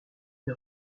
une